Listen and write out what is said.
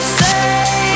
say